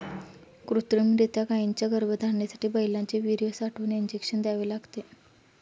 कृत्रिमरीत्या गायींच्या गर्भधारणेसाठी बैलांचे वीर्य साठवून इंजेक्शन द्यावे लागते